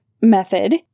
method